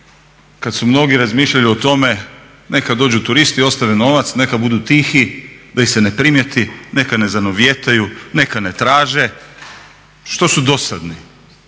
kada su mnogi razmišljali o tome neka dođu turisti i ostave novac, neka budu tihi da ih se ne primijeti, neka ne zanovijetaju, neka ne traže, što su dosadni.